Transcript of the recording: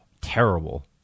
terrible